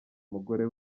umugore